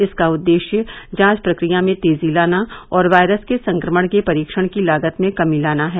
इसका उद्देश्य जांच प्रक्रिया में तेजी लाना और वायरस के संक्रमण के परीक्षण की लागत में कमी लाना है